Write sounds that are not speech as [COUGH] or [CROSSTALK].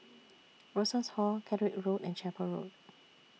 [NOISE] Rosas Hall Catterick Road and Chapel Road